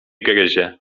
gryzie